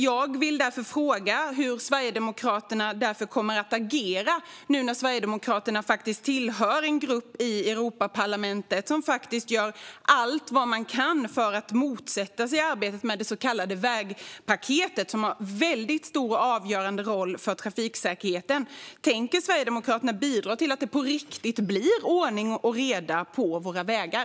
Jag undrar hur Sverigedemokraterna kommer att agera nu när Sverigedemokraterna tillhör en grupp i Europaparlamentet där man gör allt man kan för att motsätta sig arbetet med det så kallade Vägpaketet, som har en stor och avgörande roll för trafiksäkerheten. Tänker Sverigedemokraterna bidra till att det på riktigt blir ordning och reda på våra vägar?